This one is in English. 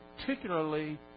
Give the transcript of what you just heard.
particularly